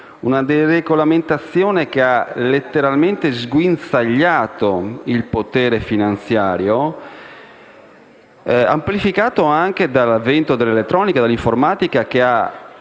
una deregolamentazione che ha letteralmente sguinzagliato il potere finanziario, amplificato anche dall'avvento dell'informatica, che ha